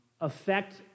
affect